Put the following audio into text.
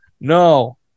No